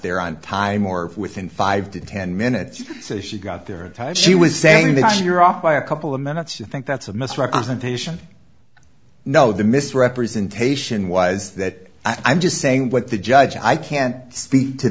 there on time or within five to ten minutes so she got there she was saying that you're off by a couple of minutes you think that's a misrepresentation no the misrepresentation was that i'm just saying what the judge i can't speak to